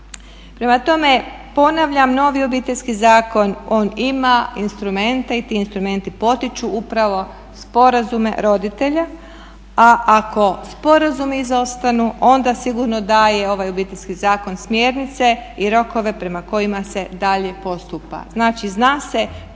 Prema tome, novi Obiteljski zakon on ima instrumente i ti instrumenti potiču upravo sporazume roditelja a ako sporazumi izostanu onda sigurno daje i ovaj obiteljski zakon smjernice i rokove prema kojima se dalje postupa. Znači zna se